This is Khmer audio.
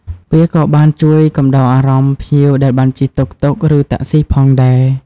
វាក៏បានជួយកំដរអារម្មណ៍ភ្ញៀវដែលបានជិះតុកតុកឬតាក់ស៊ីផងដែរ។